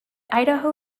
idaho